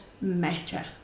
matter